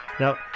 Now